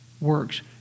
works